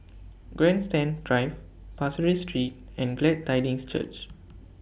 Grandstand Drive Pasir Ris Street and Glad Tidings Church